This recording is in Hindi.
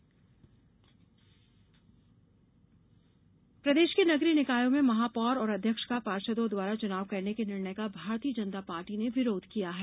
भाजपा विरोध प्रदेश के नगरीय निकायों में महापौर और अध्यक्ष का पार्षदों द्वारा चुनाव कराने के निर्णय का भारतीय जनता पार्टी ने विरोध किया है